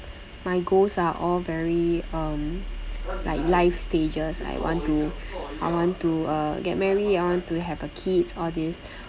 my goals are all very um like life stages I want to I want to uh get married I want to have a kids all this